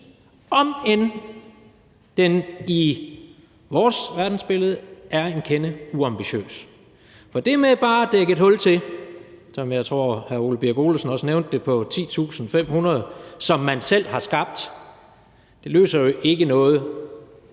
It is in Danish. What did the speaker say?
om end den i vores verdensbillede er en kende uambitiøs. For det med bare at dække et hul til, som jeg tror hr. Ole Birk Olesen også nævnte, på 10.500 personer, som man selv har skabt, løser jo ikke noget